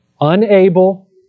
unable